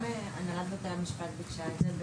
גם הנהלת בתי המשפט ביקשה את זה.